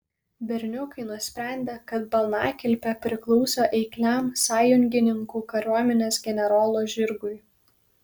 berniukai nusprendė kad balnakilpė priklausė eikliam sąjungininkų kariuomenės generolo žirgui